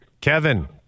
Kevin